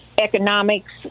economics